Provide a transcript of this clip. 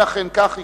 אם אכן כך יקרה,